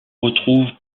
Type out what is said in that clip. retrouve